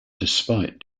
despite